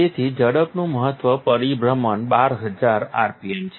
તેની ઝડપનું મહત્તમ પરિભ્રમણ 12000 RPM છે